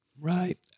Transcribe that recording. Right